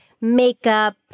makeup